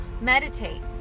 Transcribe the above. meditate